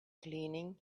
cleaning